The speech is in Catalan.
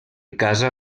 casa